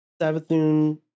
Savathun